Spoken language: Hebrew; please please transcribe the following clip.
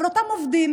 אבל אותם עובדים,